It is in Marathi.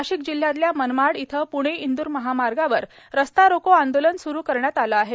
नाशिक जिल्ह्यातल्या मनमाड इथं पुणे इंदूर महामार्गावर रस्ता रोको आंदोलन सुरू करण्यात आलं आहे